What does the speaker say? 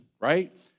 Right